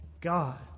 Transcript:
God